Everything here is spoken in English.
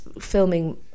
filming